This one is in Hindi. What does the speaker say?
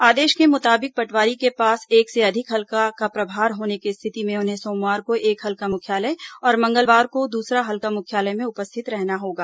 आदेश के मुताबिक पटवारी के पास एक से अधिक हल्का का प्रभार होने की स्थिति में उन्हें सोमवार को एक हल्का मुख्यालय और मंगलवार को दूसरा हल्का मुख्यालय में उपस्थित रहना होगा